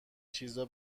چیزا